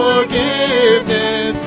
Forgiveness